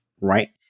right